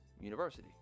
University